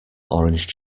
orange